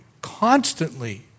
constantly